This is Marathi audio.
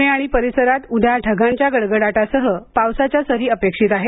पुणे आणि परिसरात उद्या ढगांच्या गडगडाटासह पावसाच्या सरी अपेक्षित आहेत